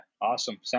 awesome